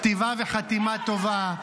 כתיבה וחתימה טובה.